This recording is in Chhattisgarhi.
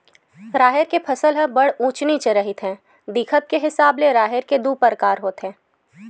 राहेर के फसल ह बड़ उँच उँच रहिथे, दिखब के हिसाब ले राहेर के दू परकार होथे